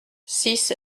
six